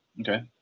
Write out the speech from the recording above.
Okay